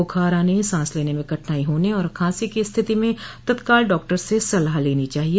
बुखार आने सांस लेने में कठिनाई होने और खांसी की स्थिति में तत्काल डॉक्टर से सलाह लेनी चाहिए